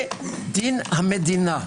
זה דין המדינה.